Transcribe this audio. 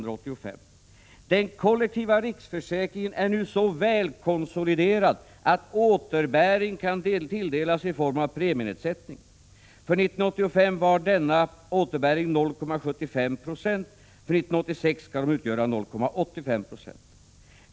Där står: Den kollektiva riksförsäkringen är nu så välkonsoliderad att återbäring kan tilldelas i form av premienedsättning. För 1985 var denna återbäring 0,75 26. För 1986 skall den utgöra 0,85 90.